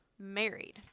Married